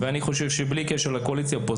ואני חושב שבלי קשר לקואליציה-אופוזיציה,